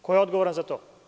Ko je odgovoran za to?